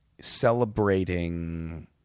celebrating